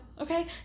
Okay